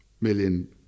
million